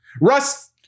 Russ